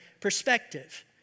perspective